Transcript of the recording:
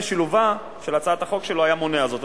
שילובה של הצעת החוק שלו היה מונע זאת.